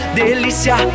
delícia